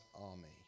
army